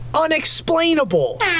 unexplainable